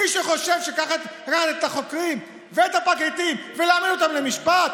מי שחושב שצריך לקחת את החוקרים ואת הפרקליטים ולהעמיד אותם למשפט,